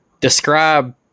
Describe